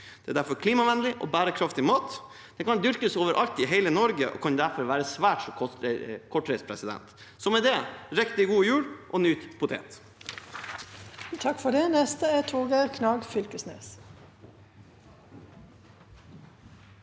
Den er derfor klimavennlig og bærekraftig mat. Poteter kan dyrkes over alt i hele Norge og kan derfor være svært så kortreiste. Så med det, riktig god jul og nyt potet.